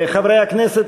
חברי הכנסת,